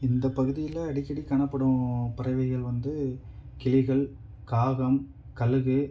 இந்த பகுதியில் அடிக்கடி காணப்படும் பறவைகள் வந்து கிளிகள் காகம் கழுகு